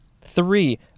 Three